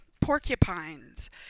porcupines